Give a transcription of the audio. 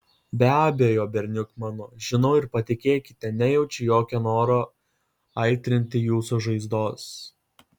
be abejo berniuk mano žinau ir patikėkite nejaučiu jokio noro aitrinti jūsų žaizdos